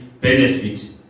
benefit